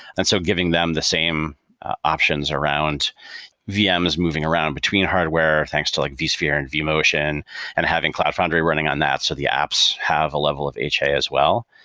and so giving them the same options around vms moving around between hardware. thanks to like vsphere and vmotion and having cloud foundry running on that, so the apps have a level of hi as well.